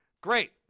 Great